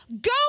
Go